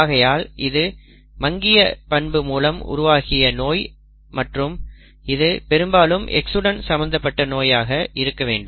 ஆகையால் இது மங்கிய பண்பு மூலம் உருவாகிய நோய் மற்றும் இது பெரும்பாலும் X உடன் சம்மந்தப்பட்ட நோயாக இருக்க வேண்டும்